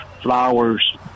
flowers